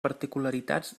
particularitats